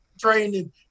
training